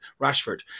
Rashford